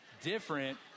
different